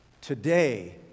Today